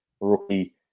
rookie